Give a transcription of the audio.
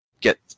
get